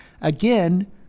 Again